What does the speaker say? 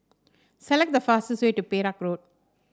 select the fastest way to Perak Road